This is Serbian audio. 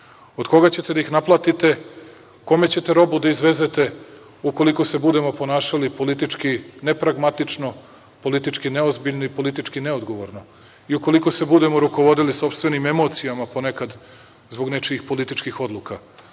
od koga ćete da ih naplatite, kome ćete robu da izvezete ukoliko se budemo ponašali politički ne pragmatično, politički neozbiljno i politički neodgovorno i ukoliko se budemo rukovodili sopstvenim emocijama, ponekad, zbog nečijih političkih odluka?